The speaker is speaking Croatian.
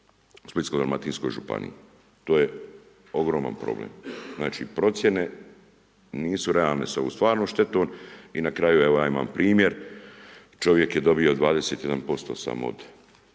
u Splitsko-dalmatinskoj županiji, to je ogroman problem. znači procjene nisu realne s ovom stvarnom štetom i na kraju ja imam primjer, čovjek je dobio 21% samo od